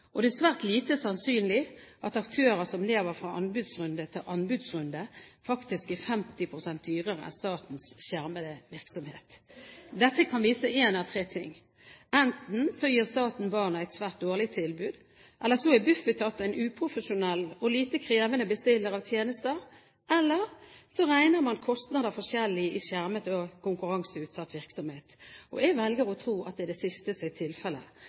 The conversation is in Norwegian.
Og det er svært lite sannsynlig at aktører som lever fra anbudsrunde til anbudsrunde, faktisk er 50 pst. dyrere enn statens skjermede virksomhet. Dette viser én av tre ting: Enten gir staten barna et svært dårlig tilbud, eller så er Bufetat en uprofesjonell og lite krevende bestiller av tjenester, eller så regner man kostnader forskjellig i skjermet og konkurranseutsatt virksomhet. Jeg velger å tro at det er det siste som er tilfellet.